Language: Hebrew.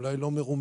אולי לא מרומזת,